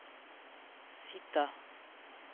Sita